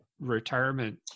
retirement